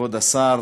כבוד השר,